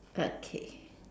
okay